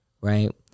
right